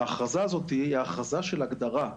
ההכרזה הזאת היא הכרזה של הגדרה,